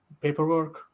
paperwork